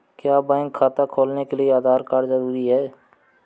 क्या बैंक खाता खोलने के लिए आधार कार्ड जरूरी है?